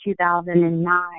2009